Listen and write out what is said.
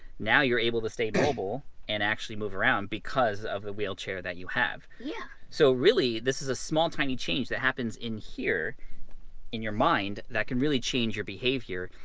now you're able to stay mobile and actually move around because of the wheelchair that you have. yeah. so really, this is a small tiny change that happens in here in your mind that can really change your behavior.